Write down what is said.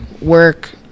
Work